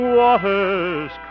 waters